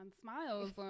Smiles